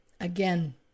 Again